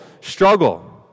struggle